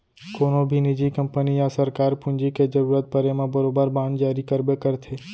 कोनों भी निजी कंपनी या सरकार पूंजी के जरूरत परे म बरोबर बांड जारी करबे करथे